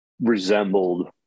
resembled